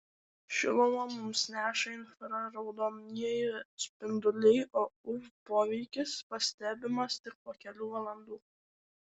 šilumą mums neša infraraudonieji spinduliai o uv poveikis pastebimas tik po kelių valandų